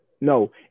no